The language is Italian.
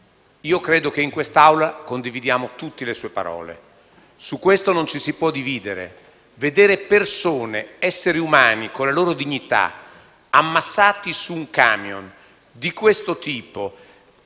Io credo che in quest'Aula condividiamo tutti le sue parole. Su questo non ci si può dividere: vedere persone, esseri umani, con la loro dignità, ammassati su un camion di questo tipo